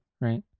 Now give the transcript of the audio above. right